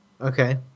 Okay